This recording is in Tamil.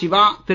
சிவா திரு